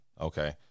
Okay